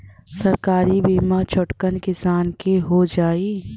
सरकारी बीमा छोटकन किसान क हो जाई?